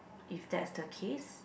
if that's the case